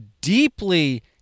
deeply